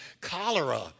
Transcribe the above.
cholera